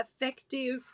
effective